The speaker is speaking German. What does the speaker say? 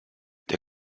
der